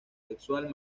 sexual